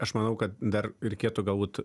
aš manau kad dar reikėtų galbūt